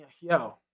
yo